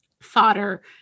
fodder